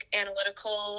analytical